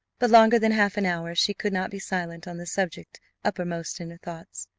but longer than half an hour she could not be silent on the subject uppermost in her thoughts.